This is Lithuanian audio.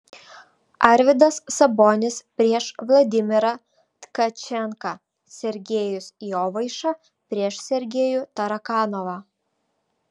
arvydas sabonis prieš vladimirą tkačenką sergejus jovaiša prieš sergejų tarakanovą